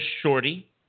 shorty